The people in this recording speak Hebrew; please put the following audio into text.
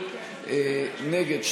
נגד,